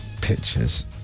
pictures